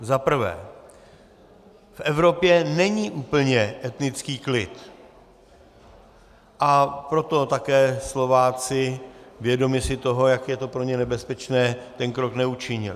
Zaprvé, v Evropě není úplně etnický klid, a proto také Slováci, vědomi si toho, jak je to pro ně nebezpečné, ten krok neučinili.